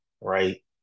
right